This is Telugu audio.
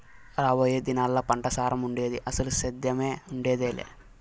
రాబోయే దినాల్లా పంటసారం ఉండేది, అసలు సేద్దెమే ఉండేదెలా